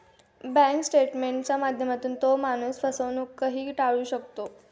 bank स्टेटमेंटच्या माध्यमातून तो माणूस फसवणूकही टाळू शकतो